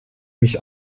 mich